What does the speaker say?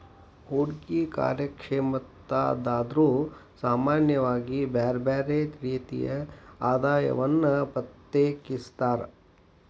ಹೂಡ್ಕಿ ಕಾರ್ಯಕ್ಷಮತಾದಾರ್ರು ಸಾಮಾನ್ಯವಾಗಿ ಬ್ಯರ್ ಬ್ಯಾರೆ ರೇತಿಯ ಆದಾಯವನ್ನ ಪ್ರತ್ಯೇಕಿಸ್ತಾರ್